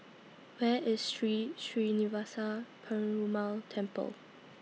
Where IS Sri Srinivasa Perumal Temple